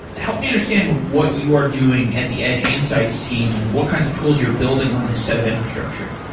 help me understand what you are doing at the edge insights team and what kinds of tools you're building on this set of infrastructure?